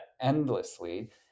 endlessly